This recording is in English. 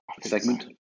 Segment